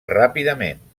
ràpidament